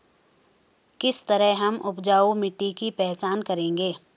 किस तरह हम उपजाऊ मिट्टी की पहचान करेंगे?